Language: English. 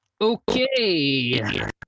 Okay